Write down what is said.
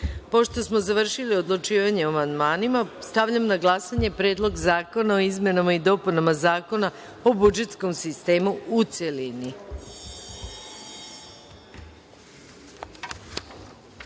smo završili odlučivanje o amandmanima, stavljam na glasanje Predlog zakona o izmenama i dopunama Zakona o budžetskom sistemu, u